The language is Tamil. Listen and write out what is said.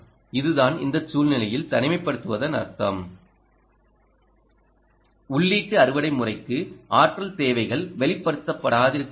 இதுதான் இந்த சூழலில் தனிமைப்படுத்தப்படுவதன் அர்த்தம் உள்ளீட்டு அறுவடை முறைக்கு ஆற்றல் தேவைகள் வெளிப்படுத்தப்படாதிருக்க வேண்டும்